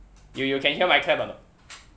you you can hear my clap or not